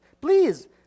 Please